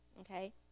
okay